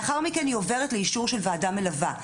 לאחר מכן היא עוברת לאישור של ועדה מלווה,